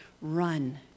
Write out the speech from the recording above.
run